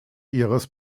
ihres